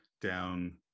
down